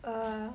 err